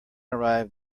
arrive